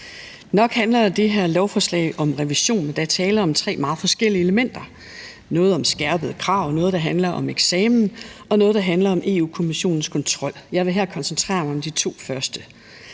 Nok handler det her lovforslag om revision, men der er tale om tre meget forskellige elementer: noget om skærpede krav, noget, der handler om eksamen, og noget, der handler om Europa-Kommissionens kontrol. Jeg vil her koncentrere mig om de to første.